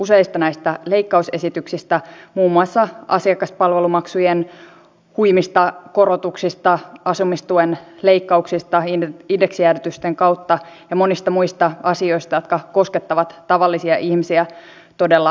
jos vertaamme suomen yliopistoja huippuyliopistoihin kuten zurichin ethhon niin merkittävän suuri ero on siinä kuinka suuria ovat tutkimustiimit kuinka paljon on työntekijöitä kuinka paljon voidaan hankkia reagenssejä ja laitteistoja